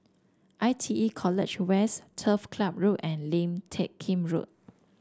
I T E College West Turf Ciub Road and Lim Teck Kim Road